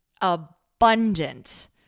abundant